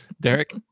derek